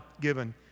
given